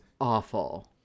awful